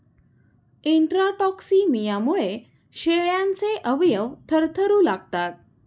इंट्राटॉक्सिमियामुळे शेळ्यांचे अवयव थरथरू लागतात